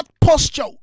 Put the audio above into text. posture